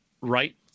right